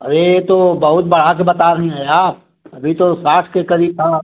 अरे ये बहुत बढ़ा के बता रही हैं आप अभी तो साठ के करीब था